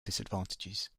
disadvantages